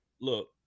look